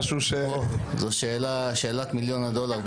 עבורנו זאת שאלת מיליון הדולר.